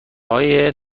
های